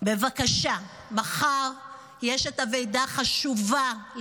בבקשה, מחר יש את הוועידה החשובה על